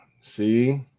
See